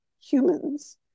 humans